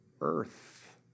earth